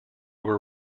were